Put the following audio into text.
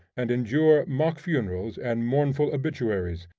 and endure mock funerals and mournful obituaries,